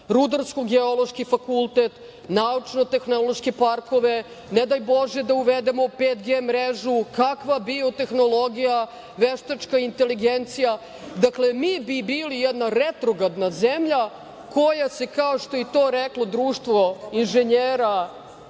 Rudarsko-geološki fakultet, naučno-tehnološke parkove, ne daj Bože da uvedemo 5G mrežu, kakva biotehnologija, veštačka inteligencija. Dakle, mi bi bila jedna retrogradna zemlja koja se kao što je to reklo društvo inženjera